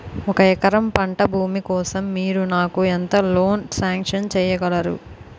ఒక ఎకరం పంట భూమి కోసం మీరు నాకు ఎంత లోన్ సాంక్షన్ చేయగలరు?